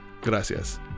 gracias